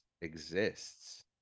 exists